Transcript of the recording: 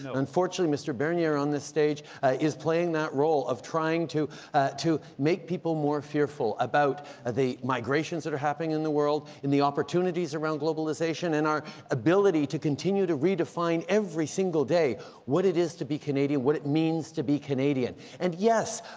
unfortunately, mr. bernier on this stage is playing that role of trying to to make people more fearful about ah the migrations that are happening in the world and the opportunities around globalization and our ability to continue to redefine every single day what it is to be canadian, what it means to be canadian. and, yes,